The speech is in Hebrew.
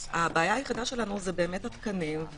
הבעיה היחידה שלנו, התקנים.